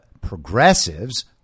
progressives